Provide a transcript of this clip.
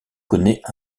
connaît